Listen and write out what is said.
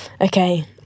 okay